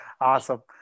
awesome